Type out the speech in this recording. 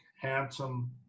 handsome